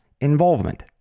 involvement